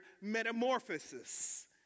metamorphosis